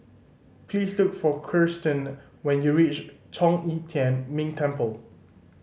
please look for Kirstin when you reach Zhong Yi Tian Ming Temple